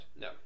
no